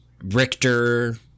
Richter